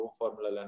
formula